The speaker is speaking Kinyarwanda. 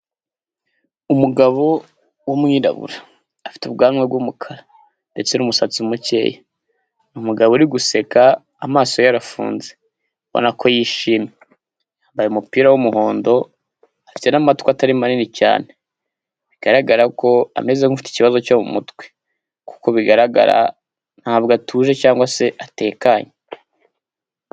Umugabo w'umwirabura . Afite ubwanwa bw'umukara ,ndetse n'umusatsi mukeya, ni umugabo uri guseka amaso ye arafunze. Ubona ko yishimye yambaye umupira w'umuhondo afite n'amatwi atari manini cyane, bigaragara ko ameze nk'ufite ikibazo cyo mu mutwe. Kuko bigaragara ntabwo atuje cyangwa se atekanye.